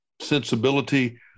sensibility